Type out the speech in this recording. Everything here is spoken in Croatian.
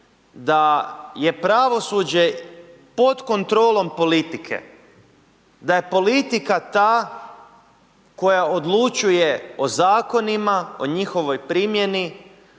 da je pravosuđe pod kontrolom politike, da je politika ta koja odlučuje o zakonima, o njihovoj primjeni,